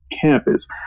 campus